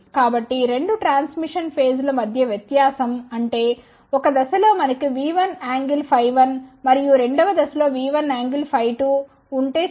కాబట్టి రెండు transmission phase ల మధ్య వ్యత్యాసం అంటే 1 దశలో మనకు V1∠φ1 మరియు రెండవ దశలో V1∠φ2 ఉంటేచెప్పండి